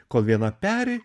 kol viena peri